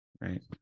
Right